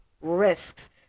Risks